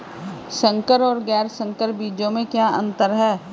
संकर और गैर संकर बीजों में क्या अंतर है?